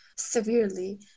severely